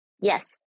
Yes